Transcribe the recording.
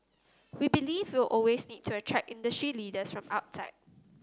we believe we'll always need to attract industry leaders from outside